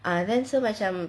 and then so macam